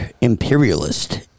imperialist